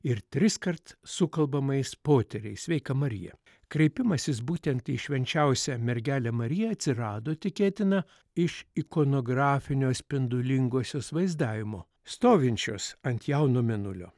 ir triskart sukalbamais poteriais sveika marija kreipimasis būtent į švenčiausią mergelę mariją atsirado tikėtina iš ikonografinio spindulingosios vaizdavimo stovinčios ant jauno mėnulio